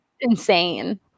insane